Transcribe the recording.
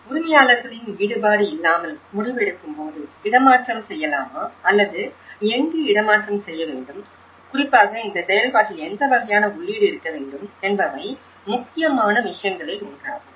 உரிமையாளர்களின் ஈடுபாடு இல்லாமல் முடிவெடுக்கும்போது இடமாற்றம் செய்யலாமா அல்லது எங்கு இடமாற்றம் செய்ய வேண்டும் குறிப்பாக இந்த செயல்பாட்டில் எந்த வகையான உள்ளீடு இருக்க வேண்டும் என்பவை முக்கியமான விஷயங்களில் ஒன்றாகும்